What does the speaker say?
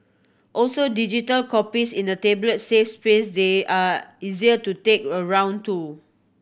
also digital copies in a tablet save space they are easier to take around too